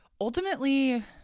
ultimately